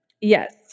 Yes